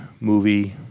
movie